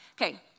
Okay